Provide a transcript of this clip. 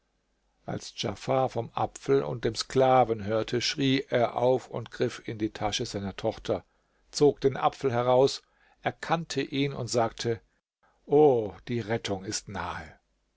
als djafar vom apfel und dem sklaven hörte schrie er auf und griff in die tasche seiner tochter zog den apfel heraus erkannte ihn und sagte o die rettung ist nahe